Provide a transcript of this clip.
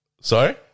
Sorry